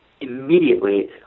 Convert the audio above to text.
immediately